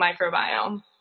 microbiome